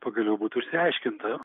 pagaliau būtų išsiaiškinta